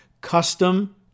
Custom